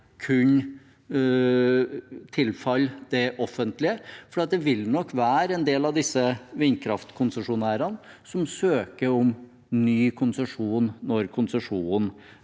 kunne tilfalle det offentlige, for det vil nok være en del av vindkraftkonsesjonærene som søker om ny konsesjon når konsesjonen